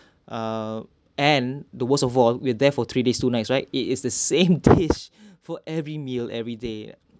uh and the worst of all with there for three days two nights right it's it's the same taste for every meal every day